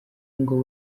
ngo